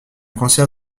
cancer